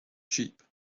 cheap